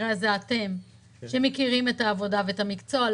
שאתם מכירים את העבודה ואת המקצוע,